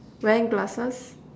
wearing glasses